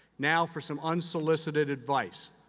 now for some unsolicited advice.